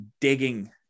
digging